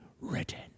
written